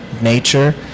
nature